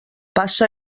passa